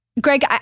Greg